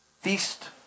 feast